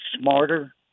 smarter